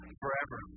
forever